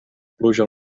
pluja